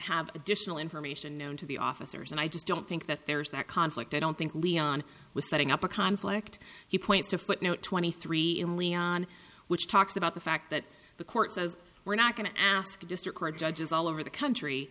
have additional information known to the officers and i just don't think that there's that conflict i don't think leon was setting up a conflict he points to footnote twenty three in leon which talks about the fact that the court says we're not going to ask a district court judges all over the country